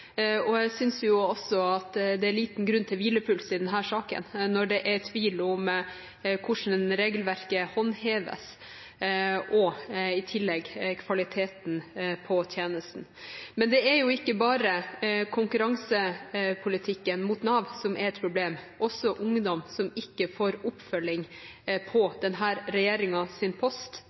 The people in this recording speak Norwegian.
Jeg synes også det er liten grunn til hvilepuls i denne saken, når det er tvil om hvordan regelverket håndheves, og i tillegg om kvaliteten på tjenesten. Men det er jo ikke bare konkurransepolitikken mot Nav som er et problem. Også ungdom som ikke får oppfølging på